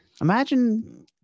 imagine